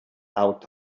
out